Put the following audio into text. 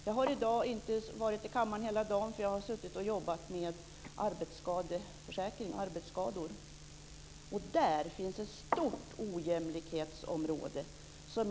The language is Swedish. Jag har inte varit i kammaren hela dagen, eftersom jag har suttit och arbetat med arbetsskadeförsäkringen och arbetsskador. I det sammanhanget finns det ett stort ojämlikhetsområde.